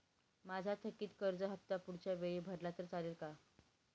माझा थकीत कर्ज हफ्ता पुढच्या वेळी भरला तर चालेल का?